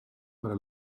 para